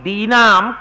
Dinam